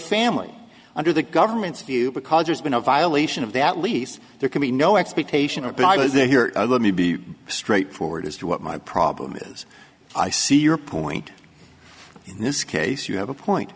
family under the government's view because there's been a violation of that lease there can be no expectation of privacy here let me be straightforward as to what my problem is i see your point in this case you have a point